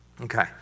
Okay